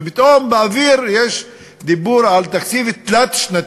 ופתאום באוויר יש דיבור על תקציב תלת-שנתי.